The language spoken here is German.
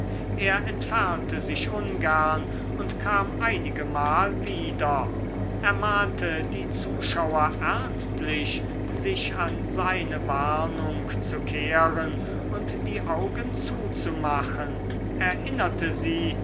er entfernte sich ungern und kam einigemal wieder ermahnte die zuschauer ernstlich sich an seine warnung zu kehren und die augen zuzumachen erinnerte sie